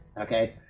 okay